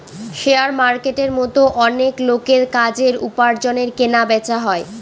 share মার্কেটের মতো অনেক লোকের কাজের, উপার্জনের কেনা বেচা হয়